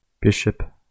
bishop